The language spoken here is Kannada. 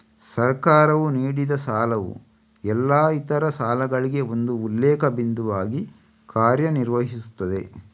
ಸರ್ಕಾರವು ನೀಡಿದಸಾಲವು ಎಲ್ಲಾ ಇತರ ಸಾಲಗಳಿಗೆ ಒಂದು ಉಲ್ಲೇಖ ಬಿಂದುವಾಗಿ ಕಾರ್ಯ ನಿರ್ವಹಿಸುತ್ತದೆ